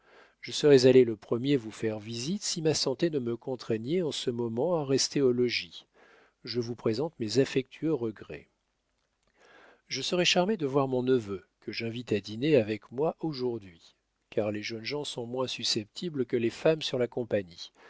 je serais allé le premier vous faire visite si ma santé ne me contraignait en ce moment à rester au logis je vous présente mes affectueux regrets je serai charmé de voir mon neveu que j'invite à dîner avec moi aujourd'hui car les jeunes gens sont moins susceptibles que les femmes sur la compagnie